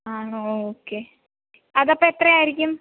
ആണോ ഓ ഓക്കേ അതപ്പം എത്രയായിരിക്കും